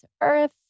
earth